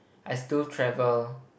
I still travel